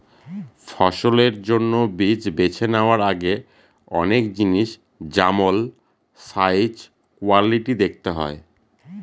ফসলের জন্য বীজ বেছে নেওয়ার আগে অনেক জিনিস যেমল সাইজ, কোয়ালিটি দেখতে হয়